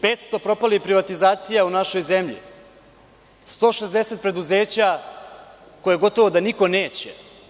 Petsto propalih privatizacija u našoj zemlji, 160 preduzeća koje gotovo da niko neće.